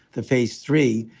the phase three.